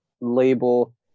label